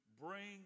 bring